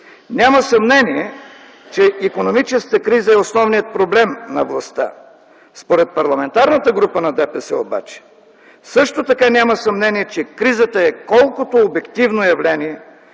Няма съмнение, че икономическата криза е основният проблем на властта. Според Парламентарната група на ДПС обаче също така няма съмнение, че кризата е колкото обективно явление,